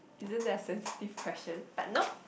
isn't that sensitive question but no